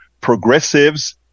progressives